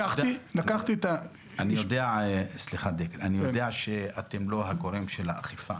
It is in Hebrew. אני יודע שאתם לא גורם האכיפה